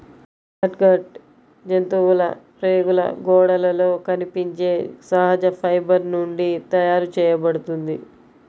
catgut జంతువుల ప్రేగుల గోడలలో కనిపించే సహజ ఫైబర్ నుండి తయారు చేయబడుతుంది